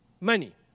Money